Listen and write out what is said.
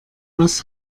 was